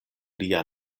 lia